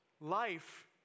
life